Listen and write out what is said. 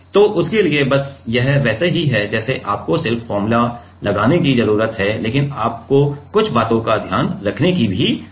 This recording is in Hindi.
तो उसके लिए बस यह वैसा ही है जैसे आपको सिर्फ फॉर्मूले लगाने की जरूरत है लेकिन आपको कुछ बातों का ध्यान रखने की जरूरत है